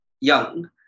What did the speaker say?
young